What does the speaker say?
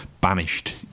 banished